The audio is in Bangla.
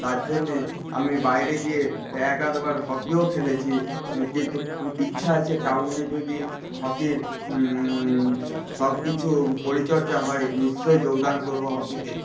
তার জন্যে আমি বাইরে গিয়ে এক আধবার হকিও খেলেছি কিন্তু ইচ্ছা আছে টাউনে যদি হকির সবকিছু পরিচর্যা হয় নিশ্চয়ই যোগদান করব হকিতে